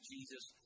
Jesus